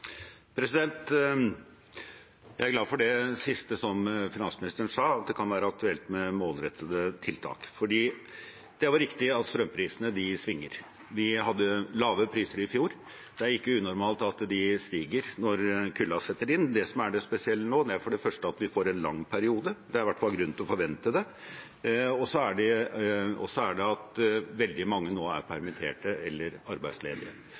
Jeg er glad for det siste som finansministeren sa, at det kan være aktuelt med målrettede tiltak, for det er riktig at strømprisene svinger. Vi hadde lave priser i fjor. Det er ikke unormalt at de stiger når kulden setter inn. Det som er det spesielle nå, er for det første at vi får en lang periode – det er i hvert fall grunn til å forvente det – og for det andre at veldig mange nå er permittert eller arbeidsledige.